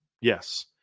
Yes